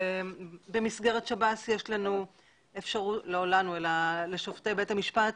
במסגרת שב"ס יש אפשרות לשופטי בית המשפט